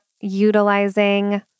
utilizing